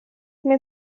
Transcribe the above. may